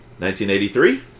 1983